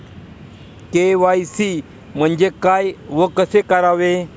KYC म्हणजे काय व कसे करावे?